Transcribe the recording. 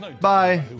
Bye